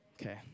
Okay